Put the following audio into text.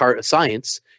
science